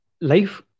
life